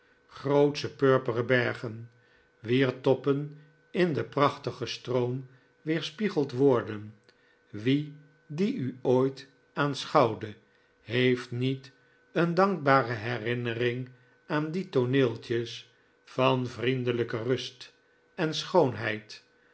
grootsche purperen bergen wier toppen in den prachtigen stroom weerspiegeld worden wie die u ooit aanschouwde heeft niet een dankbare herinnering aan die tooneeltjes van vriendelijke rust en schoonheid